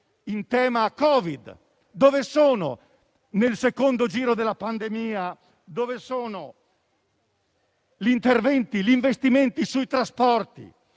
in tema di Covid. Dove sono, nel secondo giro della pandemia, gli interventi e gli investimenti sui trasporti,